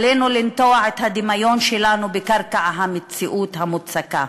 עלינו לנטוע את הדמיון שלנו בקרקע המציאות המוצקה,